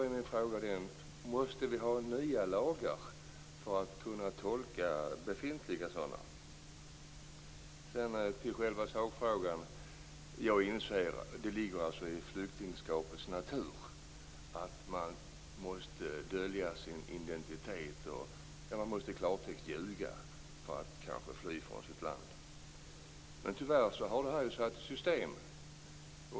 Min fråga är då: Måste vi ha nya lagar för att kunna tolka befintliga lagar? Sedan till själva sakfrågan. Jag inser att det ligger i flyktingskapets natur att man måste dölja sin identitet, dvs. i klartext att man måste ljuga för att kunna fly från sitt land. Men tyvärr har detta satts i system.